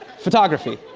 photography?